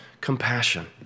compassion